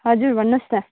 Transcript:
हजुर भन्नुहोस् न